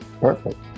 Perfect